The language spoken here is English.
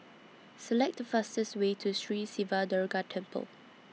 Select The fastest Way to Sri Siva Durga Temple